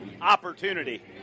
opportunity